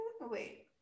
wait